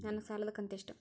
ನನ್ನ ಸಾಲದು ಕಂತ್ಯಷ್ಟು?